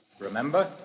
Remember